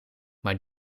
maar